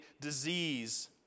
disease